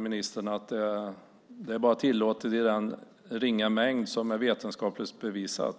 Ministern säger att det bara är tillåtet i en ringa mängd som är vetenskapligt prövad.